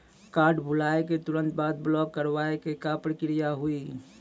Card भुलाए के तुरंत बाद ब्लॉक करवाए के का प्रक्रिया हुई?